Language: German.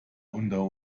unter